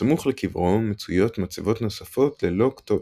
בסמוך לקברו מצויות מצבות נוספות ללא כתובת.